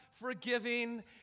forgiving